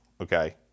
Okay